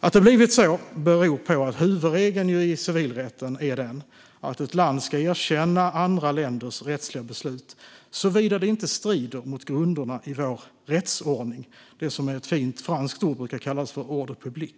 Att det har blivit så beror på att huvudregeln i civilrätten är att ett land ska erkänna andra länders rättsliga beslut, såvida de inte strider mot grunderna i vår rättsordning, det som med ett fint franskt ord brukar kallas ordre public.